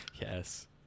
Yes